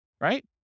right